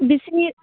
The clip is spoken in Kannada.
ಬಿಸಿ ನೀರು